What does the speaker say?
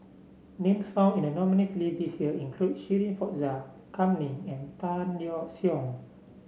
names found in the nominees' list this year include Shirin Fozdar Kam Ning and Tan Yeok Seong